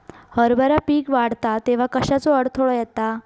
हरभरा पीक वाढता तेव्हा कश्याचो अडथलो येता?